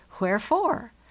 wherefore